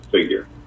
figure